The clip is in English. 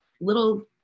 little